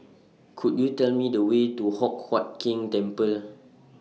Could YOU Tell Me The Way to Hock Huat Keng Temple